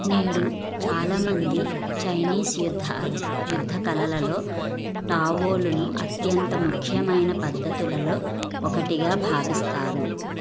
నేడు చాలామంది చైనీస్ యుద్ధాలు యుద్ధ కళలలో టావోలును అత్యంత ముఖ్యమైన పద్ధతులలో ఒకటిగా భావిస్తారు